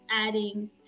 adding